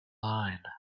line